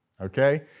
okay